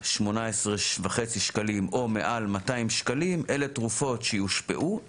18.5 שקלים או מעל 200 שקלים אלה תרופות שיושפעו,